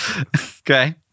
Okay